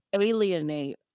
alienate